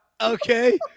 Okay